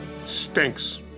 Stinks